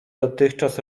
dotychczas